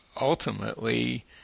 ultimately